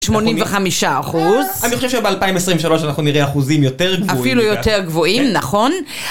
שמונים וחמישה אחוז אני חושב שב-2023 אנחנו נראה אחוזים יותר גבוהים אפילו יותר גבוהים, נכון?